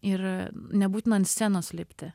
ir nebūtina ant scenos lipti